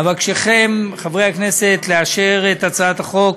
אבקשכם, חברי הכנסת, לאשר את הצעת החוק